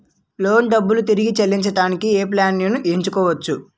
Loan డబ్బులు తిరిగి చెల్లించటానికి ఏ ప్లాన్ నేను ఎంచుకోవచ్చు?